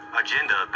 agenda